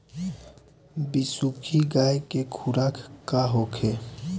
बिसुखी गाय के खुराक का होखे?